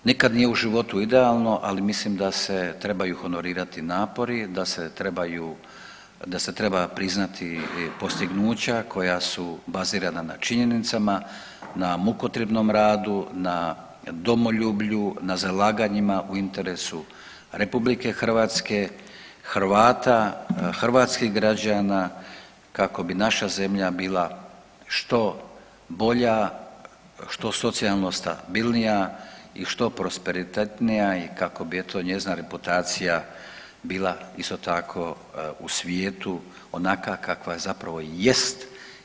Nikad nije u životu idealno, ali mislim da se trebaju honorirati napori, da se treba priznati postignuća koja su bazirana na činjenicama, na mukotrpnom radu, na domoljublju, na zalaganjima u interesu RH, Hrvata, hrvatskih građana kako bi naša zemlja bila što bolja, što socijalno stabilnija i što prosperitetnija i kako bi eto njezina reputacija bila isto tako u svijetu onakva kakva zapravo jest.